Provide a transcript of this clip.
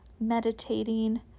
meditating